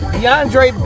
DeAndre